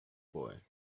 boy